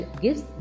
gives